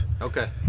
Okay